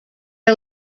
are